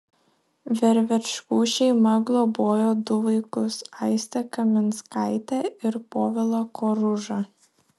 vervečkų šeima globojo du vaikus aistę kaminskaitę ir povilą koružą